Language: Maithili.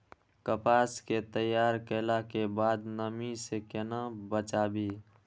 कपास के तैयार कैला कै बाद नमी से केना बचाबी?